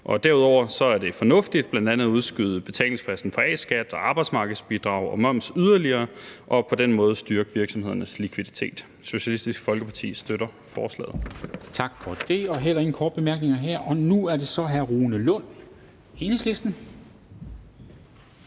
Derudover er det fornuftigt bl.a. at udskyde betalingsfristen for A-skat og arbejdsmarkedsbidrag og moms yderligere og på den måde styrke virksomhedernes likviditet. Socialistisk Folkeparti støtter lovforslaget.